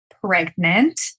pregnant